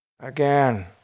Again